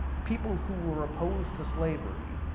people who are opposed to slavery,